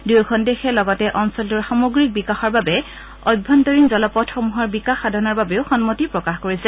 দুয়োখন দেশে লগতে অঞ্চলটোৰ সামগ্ৰিক বিকাশৰ বাবে অভ্যন্তৰীণ জলপথসমূহৰ বিকাশ সাধনৰ বাবেও সন্মতি প্ৰকাশ কৰিছে